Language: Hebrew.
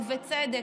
ובצדק,